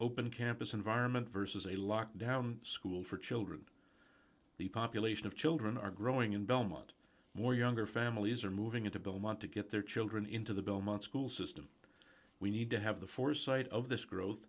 open campus environment versus a locked down school for children the population of children are growing in belmont more younger families are moving into belmont to get their children into the belmont school system we need to have the foresight of this growth